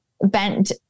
bent